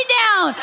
down